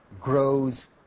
grows